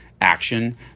action